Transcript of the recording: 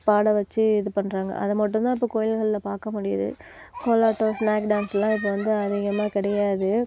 பாட வச்சு இது பண்றாங்க அதை மட்டுந்தான் இப்ப கோயில்கள்ல பார்க்க முடியுது கோலாட்டம் ஸ்நேக் டான்ஸெல்லாம் இப்போ வந்து அதிகமாக கிடையாது